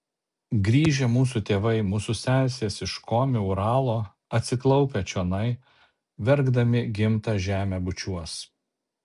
grįžę mūsų tėvai mūsų sesės iš komi uralo atsiklaupę čionai verkdami gimtą žemę bučiuos